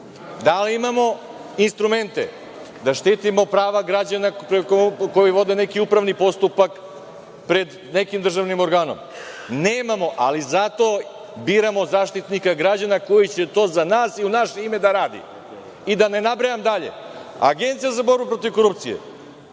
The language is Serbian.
Da li imamo instrumente da štitimo prava građana koji vode neki upravni postupak pred nekim državnim organom? Nemamo, ali zato biramo Zaštitnika građana koji će to za nas i u naše ime to da radi. Da ne nabrajam dalje. Agencija za borbu protiv korupcije,